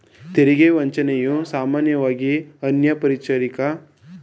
ತೆರಿಗೆ ವಂಚನೆಯು ಸಾಮಾನ್ಯವಾಗಿಅನೌಪಚಾರಿಕ ಆರ್ಥಿಕತೆಗೆಸಂಬಂಧಿಸಿದ ಒಂದು ಚಟುವಟಿಕೆ ಯಾಗ್ಯತೆ